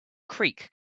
creek